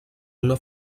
una